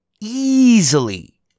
easily